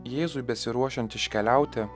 jėzui besiruošiant iškeliauti